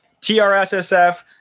TRSSF